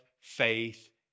faith